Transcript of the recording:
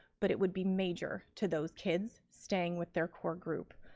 but it would be major to those kids staying with their core group.